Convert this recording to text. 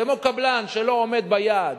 כמו שקבלן שלא עומד ביעד,